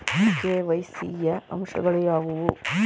KYC ಯ ಅಂಶಗಳು ಯಾವುವು?